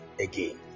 again